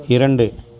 இரண்டு